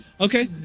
Okay